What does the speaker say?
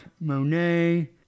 Monet